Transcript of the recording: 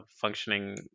functioning